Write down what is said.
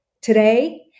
today